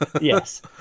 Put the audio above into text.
Yes